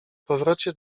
powrocie